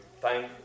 thank